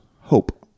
Hope